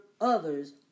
others